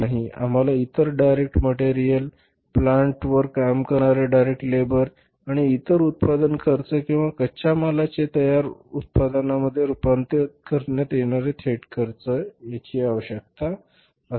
आम्हाला एकतर direct material plant वर काम करणारे डायरेक्ट लेबर आणि नंतर उत्पादन खर्च किंवा कच्च्या मालाचे तयार उत्पादनांमध्ये रुपांतर करताना येणारे थेट खर्च यांची आवश्यक असते